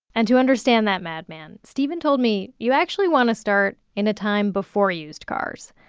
and to understand that madman, steven told me you actually want to start in a time before used cars,